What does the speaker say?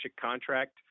contract